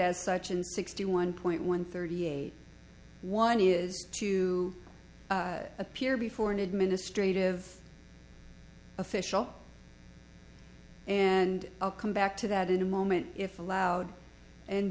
as such in sixty one point one thirty eight one is to appear before an administrative official and come back to that in a moment if allowed and